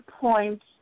points